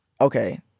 okay